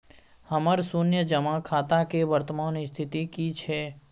हमर शुन्य जमा खाता के वर्तमान स्थिति की छै?